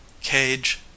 Cage